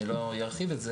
אני לא ארחיב על זה,